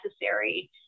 necessary